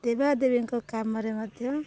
ଦେବାଦେବୀଙ୍କ କାମରେ ମଧ୍ୟ